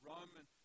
Roman